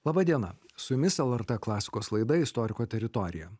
laba diena su jumis lrt klasikos laida istoriko teritorija